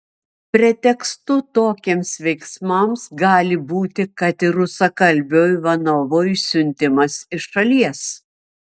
pretekstu tokiems veiksmams gali būti kad ir rusakalbio ivanovo išsiuntimas iš šalies